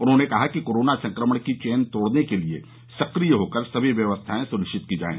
उन्होंने कहा कि कोरोना संक्रमण की चेन तोड़ने के लिये सक्रिय होकर सभी व्यवस्थाएं सुनिश्चित की जाये